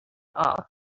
all